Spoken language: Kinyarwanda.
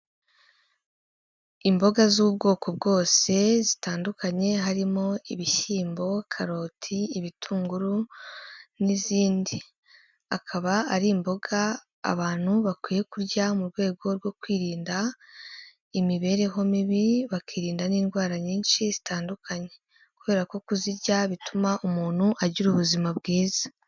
Imboga z'ubwoko bwose zitandukanye harimo; ibishyimbo, karoti, ibitunguru n'izindi, akaba ari imboga abantu bakwiye kurya mu rwego rwo kwirinda imibereho mibi, bakirinda n'indwara nyinshi zitandukanye kubera ko kuzirya bituma umuntu agira ubuzima bwiza.